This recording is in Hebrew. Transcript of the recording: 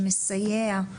שמסייע.